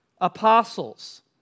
Apostles